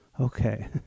Okay